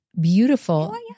beautiful